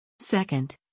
Second